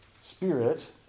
spirit